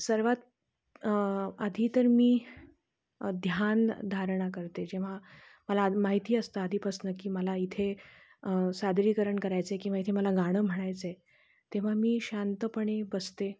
सर्वात आधी तर मी ध्यान धारणा करते जेव्हा मला आ माहिती असतं आधीपासनं की मला इथे सादरीकरण करायचं आहे किंवा इथे मला गाणं म्हणायचं आहे तेव्हा मी शांतपणे बसते